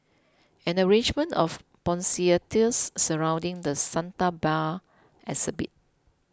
an arrangement of poinsettias surrounding the Santa Bear exhibit